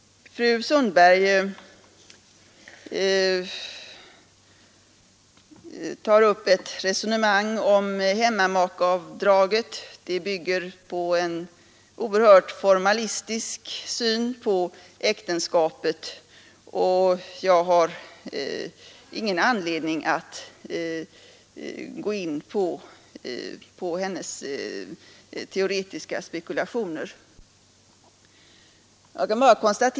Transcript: Fru Sundberg tar upp ett resonemang om hemmamakeavdraget. Det bygger på en oerhört formalistisk syn på äktenskapet. Jag har ingen anledning att gå in på hennes teoretiska spekulationer.